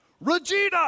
Regina